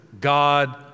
God